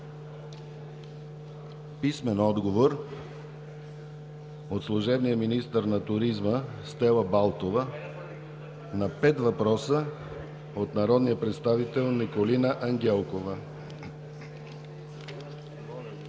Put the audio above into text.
Дора Янкова; - служебния министър на туризма Стела Балтова на пет въпроса от народния представител Николина Ангелкова;